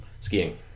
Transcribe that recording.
skiing